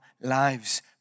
lives